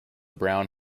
brown